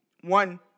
One